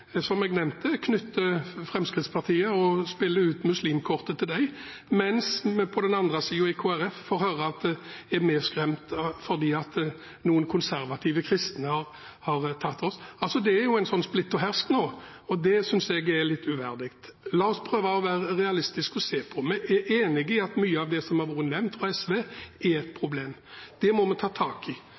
reagerer jeg når representanten Solhjell, som jeg nevnte, spiller ut muslimkortet til Fremskrittspartiet, mens vi på den andre siden, i Kristelig Folkeparti, får høre at vi er mer skremt fordi noen konservative kristne har tatt oss. Det er sånn splitt og hersk nå, og det synes jeg er litt uverdig. La oss prøve å være realistiske og se på dette. Vi er enig i at mye av det som har vært nevnt fra SV, er et problem – det må vi ta tak i,